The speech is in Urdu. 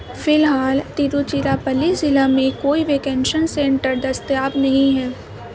فی الحال تروچیراپلی ضلع میں کوئی ویکنشن سینٹر دستیاب نہیں ہے